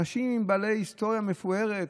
אנשים בעלי היסטוריה מפוארת,